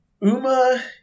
Uma